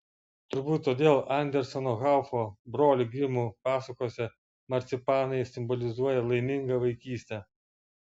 turbūt todėl anderseno haufo brolių grimų pasakose marcipanai simbolizuoja laimingą vaikystę